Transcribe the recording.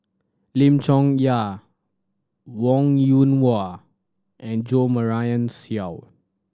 Lim Chong Yah Wong Yoon Wah and Jo Marion Seow